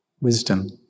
wisdom